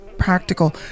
practical